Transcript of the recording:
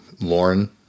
Lauren